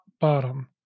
Bottom